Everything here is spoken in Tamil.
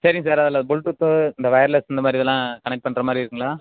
சரிங்க சார் அதில் ப்ளூ டூத்து இந்த ஒயர்லெஸ் இந்த மாதிரி இதெல்லாம் கனெக்ட் பண்ணுற மாதிரி இருக்குதுங்களா